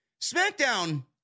SmackDown